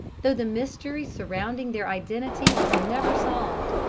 though the mystery surrounding their identity was never solved.